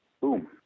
boom